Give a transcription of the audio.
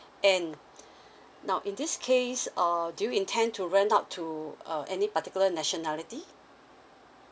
and now in this case err do you intend to rent out to uh any particular nationality